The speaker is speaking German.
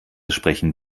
sprechen